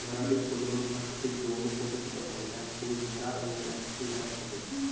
ভেড়াদের প্রজনন প্রাকৃতিক যৌন পদ্ধতিতে হয় এক পুরুষ ভেড়া এবং এক স্ত্রী ভেড়ার সাথে